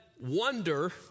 wonder